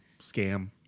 scam